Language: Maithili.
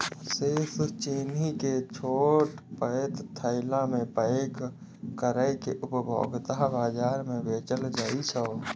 शेष चीनी कें छोट पैघ थैला मे पैक कैर के उपभोक्ता बाजार मे बेचल जाइ छै